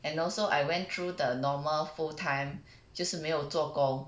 and also I went through the normal full time 就是没有做工